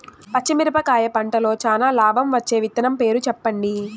పచ్చిమిరపకాయ పంటలో చానా లాభం వచ్చే విత్తనం పేరు చెప్పండి?